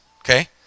Okay